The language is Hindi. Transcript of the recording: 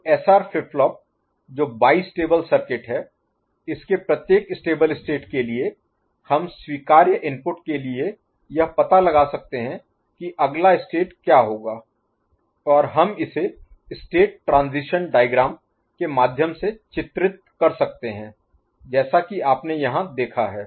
तो एसआर फ्लिप फ्लॉप जो बाईस्टेबल सर्किट है इसके प्रत्येक स्टेबल स्टेट के लिए हम स्वीकार्य इनपुट के लिए यह पता लगा सकते हैं कि अगला स्टेट क्या होगा और हम इसे स्टेट ट्रांजीशन डायग्राम के माध्यम से चित्रित कर सकते हैं जैसा कि आपने यहाँ देखा है